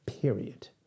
Period